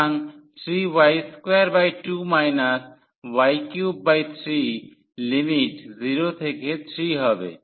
সুতরাং 3y22 y33 limit 0 থেকে 3 হবে